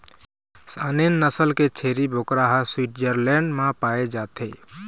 Saanen नसल के छेरी बोकरा ह स्वीटजरलैंड म पाए जाथे